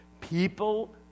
People